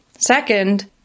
Second